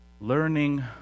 learning